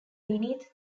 beneath